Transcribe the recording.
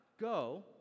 Go